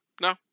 no